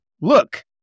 Look